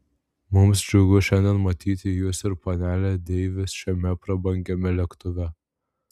mums džiugu šiandien matyti jus ir panelę deivis šiame prabangiame lėktuve